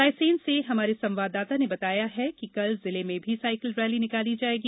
रायसेन से हमारे संवाददाता ने बताया है कि कल जिले में भी सायकल रैली निकाली जायेगी